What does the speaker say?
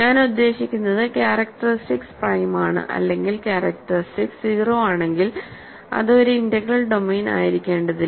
ഞാൻ ഉദ്ദേശിക്കുന്നത് characteristics prime ആണ് അല്ലെങ്കിൽ ക്യാരക്ടറിസ്റ്റിക്സ് 0 ആണെങ്കിൽ അത് ഒരു ഇന്റഗ്രൽ ഡൊമെയ്ൻ ആയിരിക്കേണ്ടതില്ല